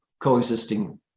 coexisting